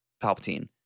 Palpatine